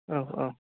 औ औ